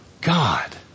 God